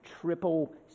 triple